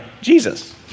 Jesus